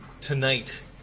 tonight